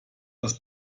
das